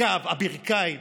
הגב, הברכיים.